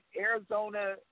Arizona